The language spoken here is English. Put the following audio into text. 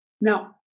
Now